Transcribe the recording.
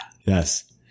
Yes